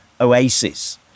oasis